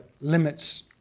limits